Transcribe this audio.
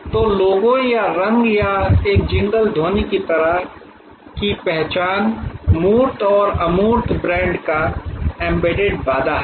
तो लोगो या रंग या एक जिंगल ध्वनि की तरह की पहचान मूर्त और अमूर्त ब्रांड का एम्बेडेड वादा है